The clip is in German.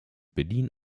bedienen